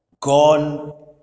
Gone